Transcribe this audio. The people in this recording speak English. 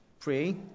pray